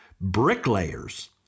bricklayers